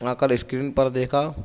آ کر اسکرین پر دیکھا